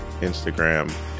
Instagram